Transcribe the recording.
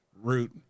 route